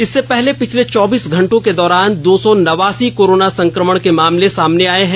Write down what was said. इससे पहले पिछले चौबीस घंटो के दौरान दो सौ नवासी कोरोना संक्रमण के मामले सामने आए हैं